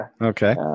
Okay